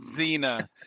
Zena